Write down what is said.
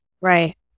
Right